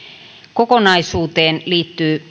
kokonaisuuteen liittyy